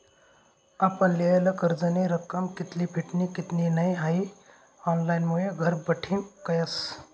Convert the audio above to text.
आपण लेयेल कर्जनी रक्कम कित्ली फिटनी कित्ली नै हाई ऑनलाईनमुये घरबठीन कयस